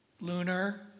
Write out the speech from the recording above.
Lunar